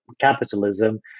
capitalism